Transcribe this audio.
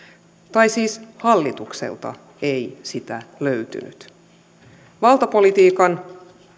tai siis hallitukselta ei sitä löytynyt valtapolitiikan